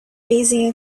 raising